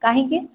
କାହିଁକି